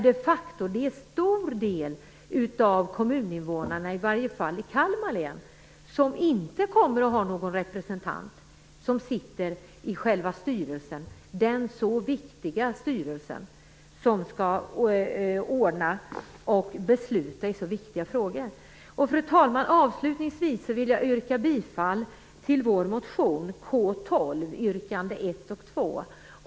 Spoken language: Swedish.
Det är en stor del av kommuninvånarna, i varje fall i Kalmar län, som de facto inte kommer att ha någon representant i den så viktiga styrelsen, som skall besluta i så viktiga frågor. Fru talman! Avslutningsvis vill jag yrka bifall till vår motion K12, yrkande 1 och 2.